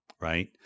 right